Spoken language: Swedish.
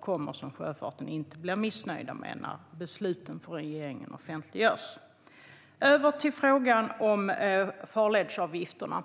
kommer svar som sjöfarten inte blir missnöjd med när besluten från regeringen offentliggörs. Över till frågan om farledsavgifterna!